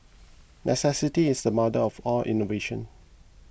necessity is the mother of all innovation